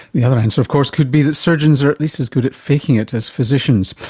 the other answer of course could be that surgeons are at least as good at faking it as physicians.